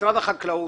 משרד החקלאות,